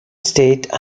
state